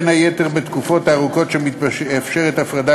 ובין היתר בתקופות הארוכות שמתאפשרת הפרדה